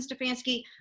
Stefanski